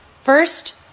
First